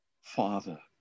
Father